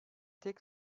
tek